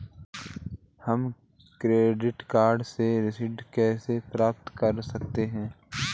हम credit card से ऋण कैसे प्राप्त कर सकते हैं?